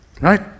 Right